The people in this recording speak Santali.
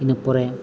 ᱤᱱᱟᱹᱯᱚᱨᱮ